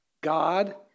God